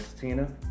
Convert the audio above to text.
Tina